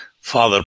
Father